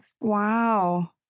Wow